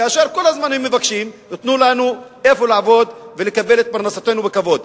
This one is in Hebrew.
כאשר כל הזמן הם מבקשים: תנו לנו מקום לעבוד ולקבל את פרנסתנו בכבוד.